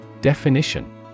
Definition